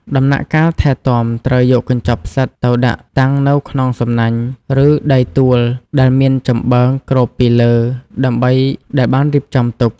ដំណាក់កាលថែទាំត្រូវយកកញ្ចប់ផ្សិតទៅដាក់តាំងនៅក្នុងសំណាញ់ ឬដីទួលដែលមានចំប៉ើងគ្រប់ពីលើដែលបានរៀបចំទុក។